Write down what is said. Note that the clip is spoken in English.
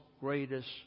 greatest